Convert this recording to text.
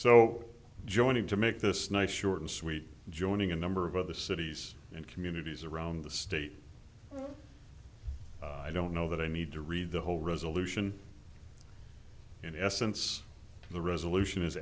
so joining to make this night short and sweet joining a number of other cities and communities around the state i don't know that i need to read the whole resolution in essence the resolution is